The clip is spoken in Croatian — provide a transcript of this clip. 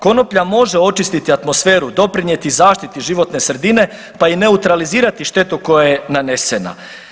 Konoplja može očistiti atmosferu, doprinijeti zaštiti životne sredine, pa i neutralizirati štetu koja je nanesena.